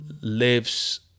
lives